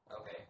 Okay